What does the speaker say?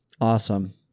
Awesome